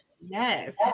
Yes